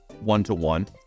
one-to-one